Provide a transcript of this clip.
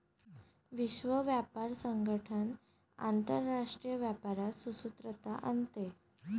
विश्व व्यापार संगठन आंतरराष्ट्रीय व्यापारात सुसूत्रता आणते